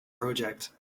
project